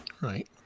Right